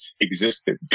existed